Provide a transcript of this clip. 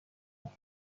شوخی